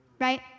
right